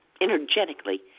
energetically